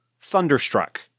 Thunderstruck